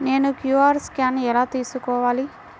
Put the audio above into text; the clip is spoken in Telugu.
నేను క్యూ.అర్ స్కాన్ ఎలా తీసుకోవాలి?